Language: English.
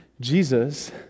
Jesus